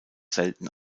selten